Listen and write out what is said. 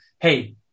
hey